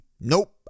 nope